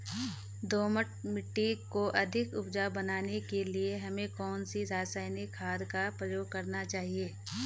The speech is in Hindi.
दोमट मिट्टी को अधिक उपजाऊ बनाने के लिए हमें कौन सी रासायनिक खाद का प्रयोग करना चाहिए?